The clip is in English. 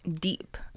deep